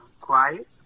quiet